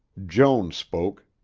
joan spoke,